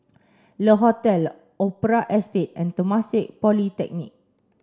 Le Hotel Opera Estate and Temasek Polytechnic